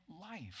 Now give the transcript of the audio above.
life